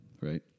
Right